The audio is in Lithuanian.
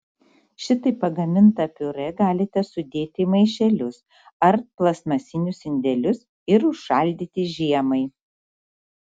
šitaip pagamintą piurė galite sudėti į maišelius ar plastmasinius indelius ir užšaldyti žiemai